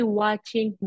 watching